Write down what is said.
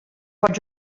pot